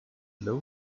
low